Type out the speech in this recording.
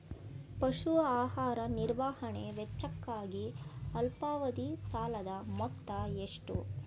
ಪಶು ಆಹಾರ ನಿರ್ವಹಣೆ ವೆಚ್ಚಕ್ಕಾಗಿ ಅಲ್ಪಾವಧಿ ಸಾಲದ ಮೊತ್ತ ಎಷ್ಟು?